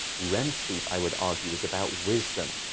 rem sleep, i would argue, is about wisdom,